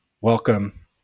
Welcome